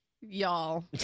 y'all